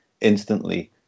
instantly